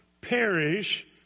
perish